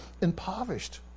impoverished